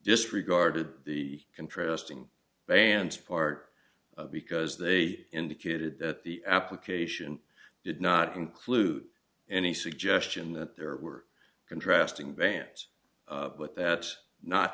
disregarded the contrasting bands far because they indicated that the application did not include any suggestion that there were contrasting bands but that not